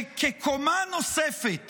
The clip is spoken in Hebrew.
כקומה נוספת